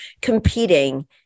competing